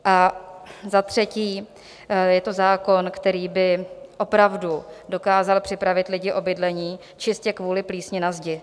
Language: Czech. A za třetí je to zákon, který by opravdu dokázal připravit lidi o bydlení čistě kvůli plísni na zdi.